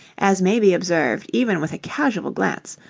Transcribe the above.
as may be observed even with a casual glance,